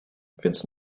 więc